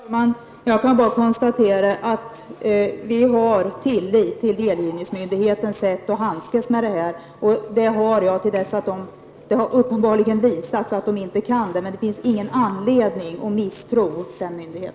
Herr talman! Jag vill bara konstatera att vi hyser tillit till delgivningsmyndighetens sätt att handskas med dessa uppgifter. Det kommer jag att göra till dess myndigheten har visat att den inte är värd den tilliten. Det finns ingen anledning att misstro denna myndighet.